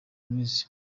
bimeze